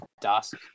Dusk